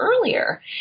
earlier